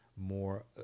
more